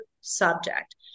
subject